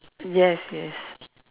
yes yes